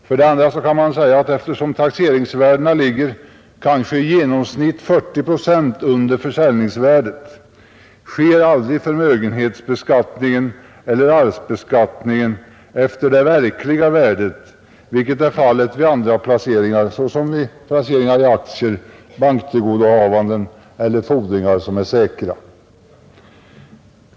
För det andra kan man säga att eftersom taxeringsvärdena ligger kanske i genomsnitt 40 procent under försäljningsvärdet sker förmögenhetsbeskattningen eller arvsbeskattningen aldrig efter det verkliga värdet, vilket är fallet med andra placeringar såsom placeringar i aktier, banktillgodohavanden eller fordringar som är säkra.